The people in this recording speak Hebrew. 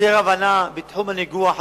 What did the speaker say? ויותר הבנה בתחום הניגוח הפוליטי,